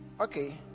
okay